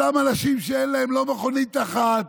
אותם אנשים שאין להם לא מכונית אחת,